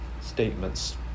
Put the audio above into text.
statements